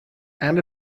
and